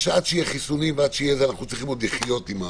עד שיהיו חיסונים, צריך עוד לחיות עם זה.